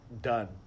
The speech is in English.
Done